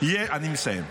אני מסיים.